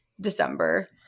December